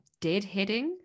deadheading